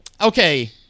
Okay